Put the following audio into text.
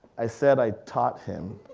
i said i taught him,